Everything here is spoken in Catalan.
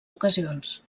ocasions